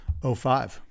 05